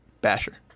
Basher